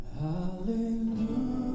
Hallelujah